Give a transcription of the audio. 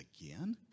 again